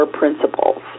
principles